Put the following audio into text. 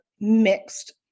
mixed